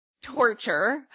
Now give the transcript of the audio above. torture